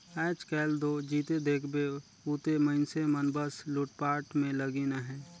आएज काएल दो जिते देखबे उते मइनसे मन बस लूटपाट में लगिन अहे